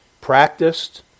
practiced